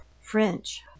French